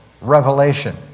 revelation